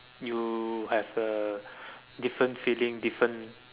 you have a different feeling different